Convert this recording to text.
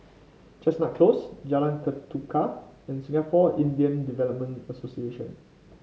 Chestnut Close Jalan Ketuka and Singapore Indian Development Association